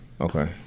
Okay